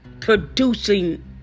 producing